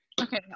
Okay